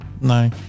No